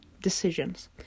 decisions